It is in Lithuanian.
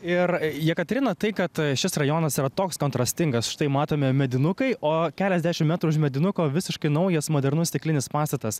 ir jekaterina tai kad šis rajonas yra toks kontrastingas štai matome medinukai o keliasdešim metrų už medinuko visiškai naujas modernus stiklinis pastatas